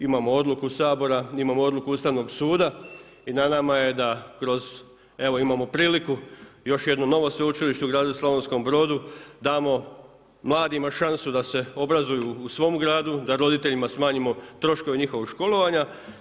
Imamo odluku Sabora, imamo odluku Ustavnog suda i na nama je da kroz, evo imamo priliku još jedno novo sveučilište u gradu Slavonskom Brodu damo mladima šansu da se obrazuju u svom gradu, da roditeljima smanjimo troškove njihovog školovanja.